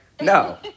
no